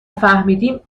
فهمیدیم